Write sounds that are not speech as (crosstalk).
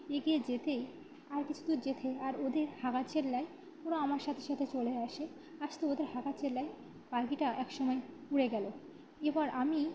এগিয়ে যেতেই আর কিছু তো যেতে আর ওদের (unintelligible) ওরা আমার সাথে সাথে চলে আসে আসতে ওদের (unintelligible) পাখিটা এক সময় উড়ে গেল এ বার আমি